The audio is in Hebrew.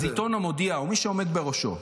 אז עיתון המודיע או מי שעומד בראשו,